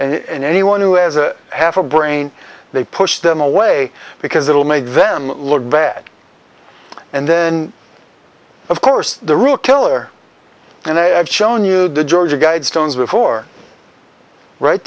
s and anyone who has a half a brain they push them away because it'll make them look bad and then of course the real killer and i've shown you the georgia guidestones before right